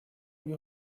lui